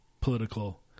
political